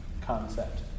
concept